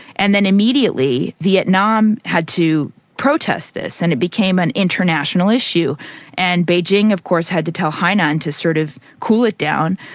and then immediately vietnam had to protest this and it became an international issue and beijing, of course, had to tell hainan to sort of cool it down,